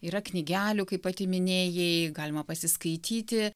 yra knygelių kaip pati minėjai galima pasiskaityti